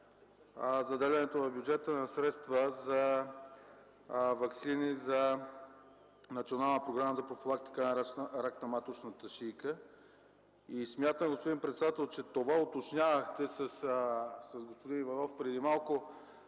заделянето в бюджета на средства за ваксини за Национална програма за профилактика на рак на маточната шийка. Смятам, господин председател, че това уточнявахте с господин Иванов преди малко